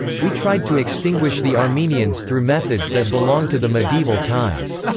we tried to extinguish the armenians through methods that belong to the medieval times.